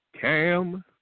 Cam